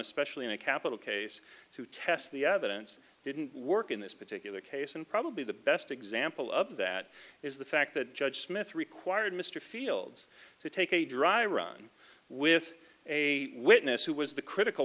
especially in a capital case to test the evidence didn't work in this particular case and probably the best example of that is the fact that judge smith required mr fields to take a dry run with a witness who was the critical